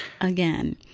again